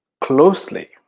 closely